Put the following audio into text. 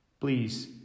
please